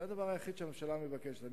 זה הדבר היחיד שהממשלה מבקשת.